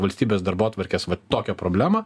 valstybės darbotvarkės vat tokią problemą